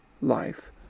life